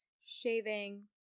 shaving